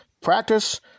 practice